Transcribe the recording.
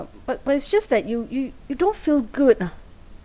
but but it's just that you you you don't feel good ah